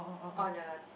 on a